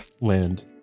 land